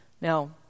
Now